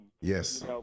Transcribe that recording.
yes